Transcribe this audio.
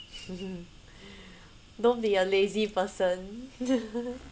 don't be a lazy person